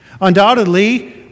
Undoubtedly